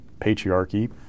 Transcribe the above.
patriarchy